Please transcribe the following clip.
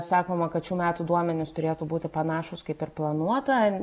sakoma kad šių metų duomenys turėtų būti panašūs kaip ir planuota